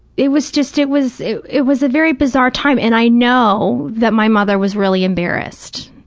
it was just, it was it it was a very bizarre time. and i know that my mother was really embarrassed,